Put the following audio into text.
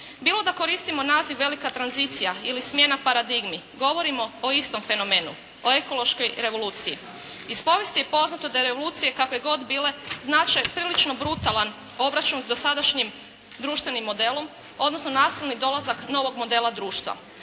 Bilo da koristimo naziv velika tranzicija ili smjena paradigmi govorimo o istom fenomenu, o ekološkoj revoluciji. Iz povijesti je poznato da revolucije kakve god bile znače prilično brutalan obračun s dosadašnjim društvenim modelom odnosno nasilni dolazak novog modela društva